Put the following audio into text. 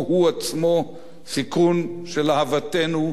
סיכון שלהוותנו גם התממש.